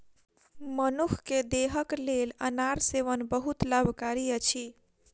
मनुख के देहक लेल अनार सेवन बहुत लाभकारी अछि